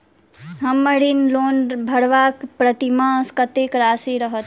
हम्मर ऋण वा लोन भरबाक प्रतिमास कत्तेक राशि रहत?